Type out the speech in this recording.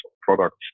products